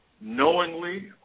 knowingly